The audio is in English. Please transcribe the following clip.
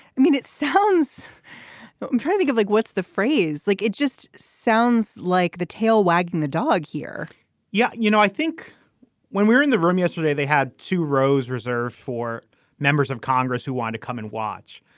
i mean it sounds but trying to give a like what's the phrase like. it just sounds like the tail wagging the dog here yeah you know i think when we were in the room yesterday they had two rows reserved for members of congress who want to come and watch.